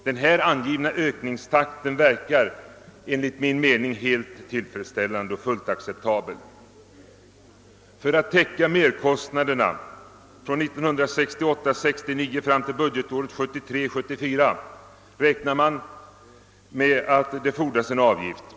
Denna ökningstakt verkar enligt min mening helt tillfredsställande och fullt acceptabel. För att täcka merkostnaderna från 1968 74 räknar man med att det fordras en särskild tilläggsavgift fr.o.m. den 1 april 1970.